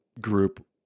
group